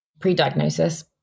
pre-diagnosis